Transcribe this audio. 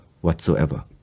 whatsoever